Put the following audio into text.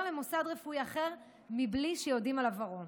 למוסד רפואי אחר בלי שיודעים על עברו.